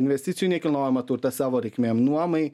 investicijų į nekilnojamą turtą savo reikmėm nuomai